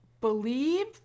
believe